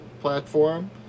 platform